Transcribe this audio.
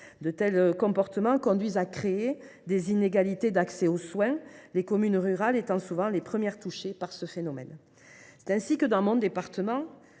De tels comportements conduisent à créer des inégalités d’accès aux soins, les communes rurales étant souvent les premières touchées par ce phénomène. Dans mon département,